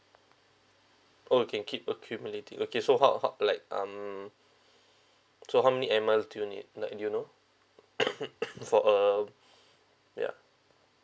oh you can keep accumulating okay so how how like um so how many airmiles do you need like you know for a ya